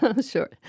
Sure